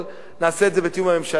אבל נעשה את זה בתיאום עם הממשלה.